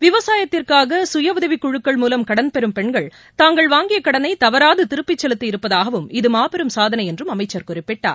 விவசாயத்திற்காக சுய உதவி குழுக்கள் மூலம் கடன்பெறும் பெண்கள் தாங்கள் வாங்கிய கடனை தவறாது திருப்பிச் செலுத்தி இருப்பதாகவும் இது மாபெரும் சாதனை என்றும் அமைச்சர் குறிப்பிட்டார்